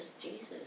Jesus